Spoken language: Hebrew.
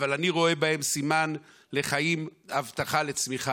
אבל אני רואה בהם סימן לחיים, הבטחה לצמיחה.